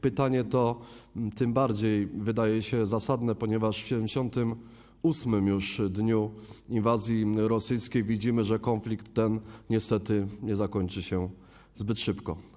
Pytanie to tym bardziej wydaje się zasadne, że w 78. już dniu inwazji rosyjskiej na Ukrainę widzimy, że konflikt ten niestety nie zakończy się zbyt szybko.